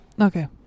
Okay